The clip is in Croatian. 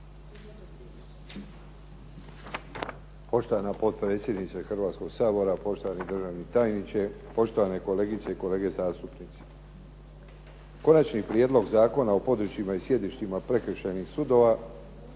Poštovana potpredsjednice Hrvatskog sabora, poštovani državni tajniče, poštovane kolegice i kolege zastupnici. Konačni prijedlog Zakona o područjima i sjedištima prekršajnih sudova,